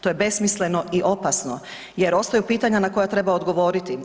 To je besmisleno i opasno jer ostaju pitanja na koja treba odgovoriti.